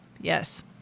yes